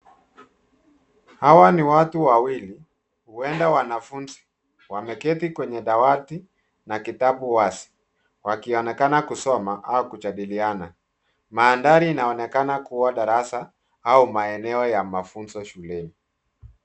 Hawa ni watu wawili, huenda wanafunzi. Wameketi kwenye dawati na kitaabu wazi, wakionekana kusoma au kujadiliana. Mandhari inaonekana kuwa darasa au maeneo ya mafunzo shuleni.